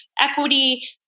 equity